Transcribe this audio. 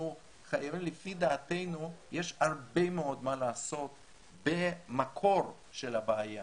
לפי דעתנו יש הרבה מאוד מה לעשות במקור של הבעיה,